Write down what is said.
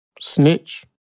snitch